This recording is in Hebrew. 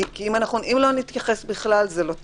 אם לא נתייחס לזה בכלל, זה לא תקין.